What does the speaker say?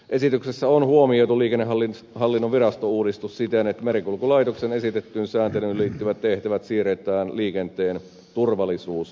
esityksessä on huomioitu liikennehallinnon virastouudistus siten että merenkulkulaitoksen esitettyyn sääntelyyn liittyvät tehtävät siirretään liikenteen turvallisuusvirastolle